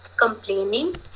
complaining